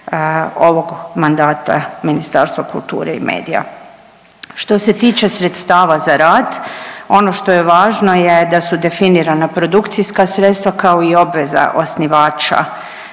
ovog mandata Ministarstva kulture i medija. Što se tiče sredstava za rad, ono što je važno je da su definirana produkcijska sredstva, kao i obveza osnivača